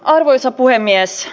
arvoisa puhemies